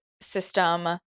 system